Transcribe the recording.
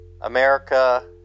America